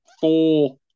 four